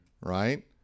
right